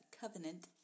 covenant